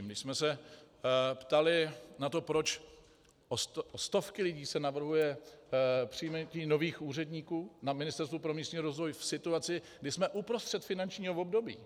My jsme se ptali na to, proč o stovky lidí se navrhuje přijetí nových úředníků na Ministerstvu pro místní rozvoj v situaci, kdy jsme uprostřed finančního období.